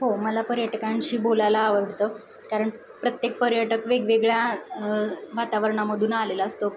हो मला पर्यटकांशी बोलायला आवडतं कारण प्रत्येक पर्यटक वेगवेगळ्या वातावरणामधून आलेला असतो